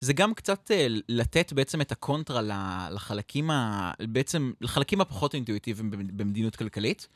זה גם קצת לתת בעצם את הקונטרה לחלקים הפחות אינטואיטיביים במדינות כלכלית.